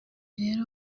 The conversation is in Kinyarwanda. rero